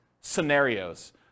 scenarios